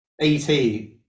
ET